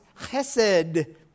chesed